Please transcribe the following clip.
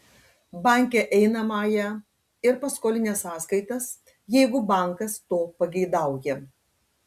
banke einamąją ir paskolinę sąskaitas jeigu bankas to pageidauja